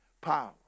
power